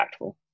impactful